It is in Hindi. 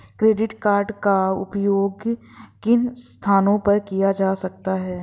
क्रेडिट कार्ड का उपयोग किन स्थानों पर किया जा सकता है?